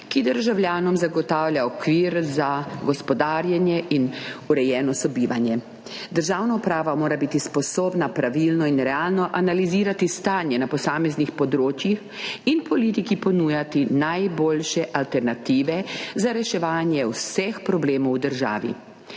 ki državljanom zagotavlja okvir za gospodarjenje in urejeno sobivanje. Državna uprava mora biti sposobna pravilno in realno analizirati stanje na posameznih področjih in politiki ponujati najboljše alternative za reševanje vseh problemov v državi.